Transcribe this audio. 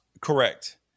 Correct